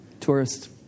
Tourists